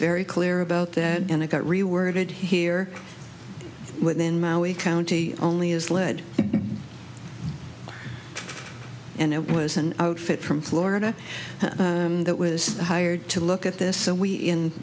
very clear about that and i got reworded here within maui county only has led and it was an outfit from florida that was hired to look at this so we in